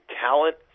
talent